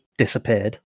disappeared